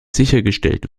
sichergestellt